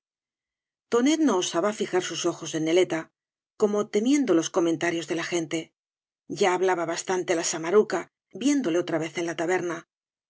tooet no osaba fijar sus ojos en neleta como temiendo los comentarios de la gente ya hablaba bastante la samaruca viéndole otra vez en la taberna